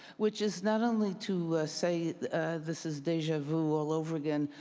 which is not only to say this is deja vu all over again